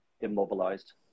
immobilized